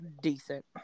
decent